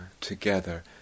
together